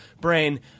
brain